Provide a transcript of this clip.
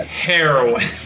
Heroin